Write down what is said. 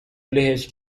لهش